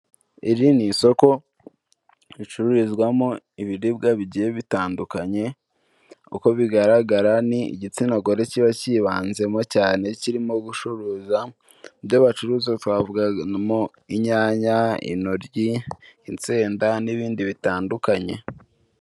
Iri ni isoko ricururizwamo ibiribwa bigiye bitandukanye, uko bigaragara ni igitsina gore kiba kibanzemo cyane kirimo gucuruza, ibyo bacuruza twavugamo inyanya, intoryi, insenda n'ibindi bitandukanye.